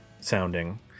sounding